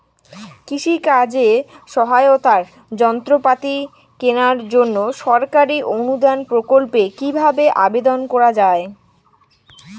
কৃষি কাজে সহায়তার যন্ত্রপাতি কেনার জন্য সরকারি অনুদান প্রকল্পে কীভাবে আবেদন করা য়ায়?